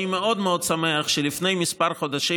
אני מאוד מאוד שמח שלפני כמה חודשים,